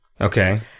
Okay